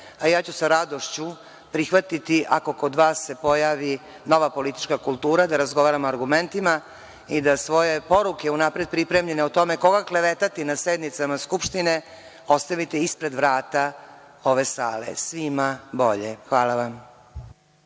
a ja ću sa radošću prihvatiti ako se kod vas pojavi nova politička kultura da razgovaramo argumentima i da svoje poruke unapred pripremljene o tome koga klevetati na sednicama Skupštine ostavite ispred vrata ove sale. Svima bolje. Hvala vam.